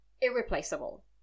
irreplaceable